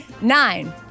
Nine